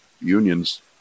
unions